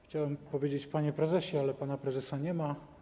Chciałem powiedzieć: panie prezesie, ale pana prezesa nie ma.